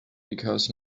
because